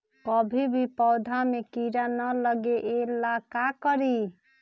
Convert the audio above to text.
कभी भी पौधा में कीरा न लगे ये ला का करी?